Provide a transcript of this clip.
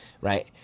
right